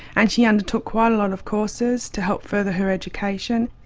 and she undertook quite a lot of courses to help further her education.